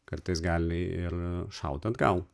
kartais gali ir šauti atgal